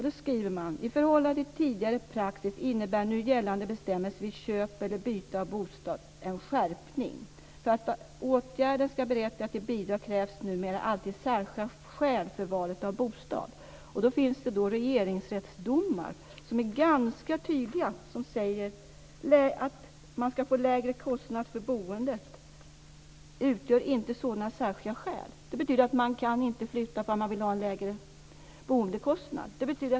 Man skriver: "I förhållande till tidigare praxis innebär nu gällande bestämmelse vid köp eller byte av bostad en skärpning. För att åtgärden skall berättiga till bidrag krävs numera alltid särskilda skäl för valet av bostad". Det finns regeringsrättsdomar som är ganska tydliga som säger att en önskan att få lägre kostnad för boendet inte utgör sådant särskilt skäl. Det betyder att man inte kan flytta därför att man vill ha en lägre boendekostnad.